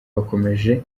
bakomeje